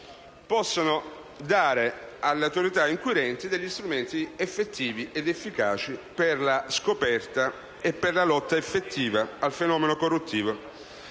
possono dare alle autorità inquirenti strumenti efficaci per la scoperta e la lotta effettiva al fenomeno corruttivo.